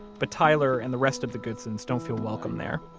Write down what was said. but tyler and the rest of the goodsons don't feel welcome there,